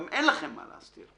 גם אין לכם מה להסתיר.